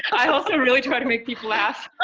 i also really try to make people laugh.